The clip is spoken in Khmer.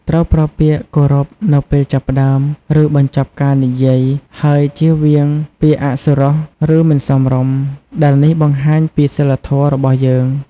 ត្រូវប្រើពាក្យគោរពនៅពេលចាប់ផ្ដើម ឬបញ្ចប់ការនិយាយ ហើយជៀសវាងពាក្យអសុរោះ ឬមិនសមរម្យ ដែលនេះបង្ហាញពីសីលធម៌របស់យើង។